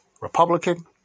Republican